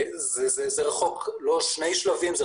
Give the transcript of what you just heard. זה רחוק לא שני שלבים מזה,